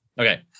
Okay